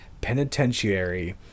Penitentiary